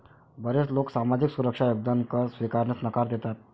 बरेच लोक सामाजिक सुरक्षा योगदान कर स्वीकारण्यास नकार देतात